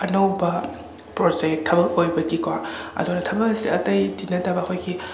ꯑꯅꯧꯕ ꯄ꯭ꯔꯣꯖꯦꯛ ꯊꯕꯛ ꯑꯣꯏꯕꯒꯤꯀꯣ ꯑꯗꯨꯅ ꯊꯕꯛ ꯑꯁꯦ ꯑꯇꯩꯗꯤ ꯅꯠꯇꯕ ꯑꯈꯣꯏꯒꯤ